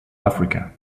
africa